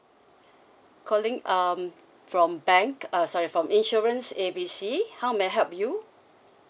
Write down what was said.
calling um from bank uh sorry from insurance A B C how may I help you